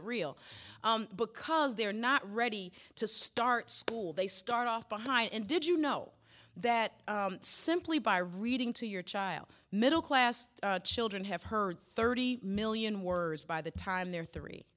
it real because they're not ready to start school they start off behind and did you know that simply by reading to your child middle class children have heard thirty million words by the time they're three